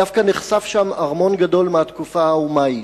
דווקא נחשף שם ארמון גדול מהתקופה האומיית.